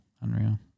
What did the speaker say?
Unreal